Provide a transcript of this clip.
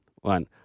one